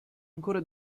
ancora